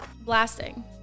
Blasting